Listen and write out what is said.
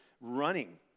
running